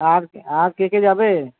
আর আর কে কে যাবে